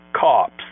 COPS